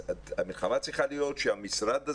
המלחמה צריכה להיות שהמשרד הזה,